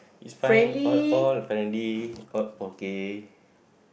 is fine all all friendly all okay